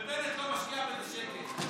ובנט לא משקיע בזה שקל.